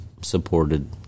supported